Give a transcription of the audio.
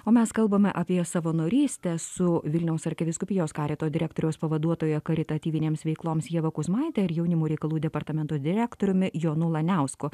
o mes kalbame apie savanorystę su vilniaus arkivyskupijos karito direktoriaus pavaduotoja karitatyvinėms veikloms ieva kuzmaite ir jaunimo reikalų departamento direktoriumi jonu laniausku